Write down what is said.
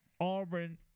auburn